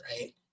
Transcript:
right